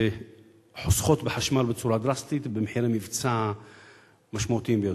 שחוסכות חשמל בצורה דרסטית במחירי מבצע משמעותיים ביותר.